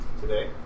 today